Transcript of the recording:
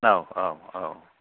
औ औ औ